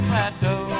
Plateau